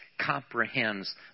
comprehends